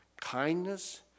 Kindness